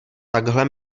takhle